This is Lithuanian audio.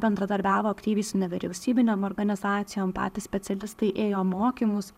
bendradarbiavo aktyviai su nevyriausybinėm organizacijom patys specialistai ėjo mokymus